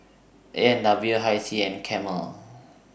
A and W Hi Tea and Camel